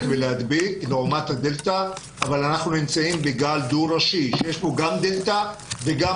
ולהדביק לעומת ה-דלתא אבל אנחנו נמצאים בגל דו-ראשי שיש פה גם דלתא וגם